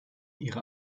ihre